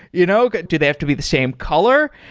you know do they have to be the same color?